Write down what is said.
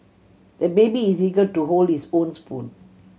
the baby is eager to hold his own spoon